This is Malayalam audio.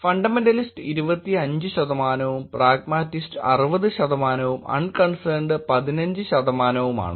ഫണ്ടമെന്റലിസ്റ് 25 ശതമാനവും പ്രാഗ്മാറ്റിസ്റ് 60 ശതമാനവും അൺകൺസേൺഡ് 15 ശതമാനവുമാണ്